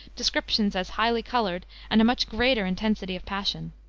descriptions as highly colored, and a much greater intensity of passion.